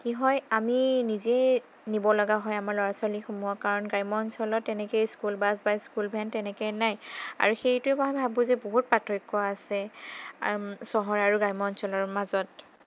কি হয় আমি নিজেই নিবলগীয়া হয় আমাৰ ল'ৰা ছোৱালীসমূহক কাৰণ গ্ৰাম্য অঞ্চলত তেনেকৈ স্কুল বাছ বা স্কুল ভেন তেনেকৈ নাই আৰু সেইটোৱে মই ভাবোঁ যে বহুত পাৰ্থক্য আছে চহৰ আৰু গ্ৰাম্য অঞ্চলৰ মাজত